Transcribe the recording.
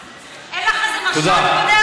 אין לך איזה משט בדרך?